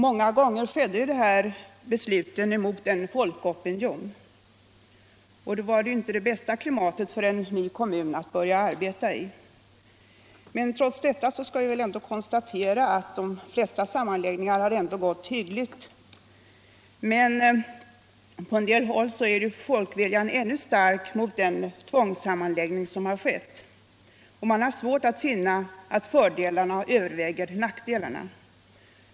Många gånger genomfördes besluten mot en folkopinion, och det var inte det bästa klimatet för en ny kommun att börja arbeta i. Trots detta kan vi konstatera att de flesta sammanläggningar har gått hyggligt. På en del håll är folkviljan dock ännu starkt emot tvångssammanläggningen. Man har svårt att finna att fördelarna överväger nackdelarna.